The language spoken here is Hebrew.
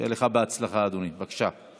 שיהיה לך בהצלחה, אדוני, בבקשה.